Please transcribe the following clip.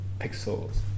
pixels